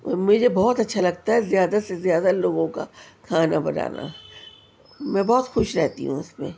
مجھے بہت اچھا لگتا ہے زیادہ سے زیادہ لوگوں کا کھانا بنانا میں بہت خوش رہتی ہوں اس میں